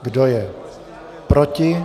Kdo je proti?